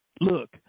Look